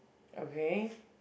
okay